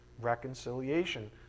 reconciliation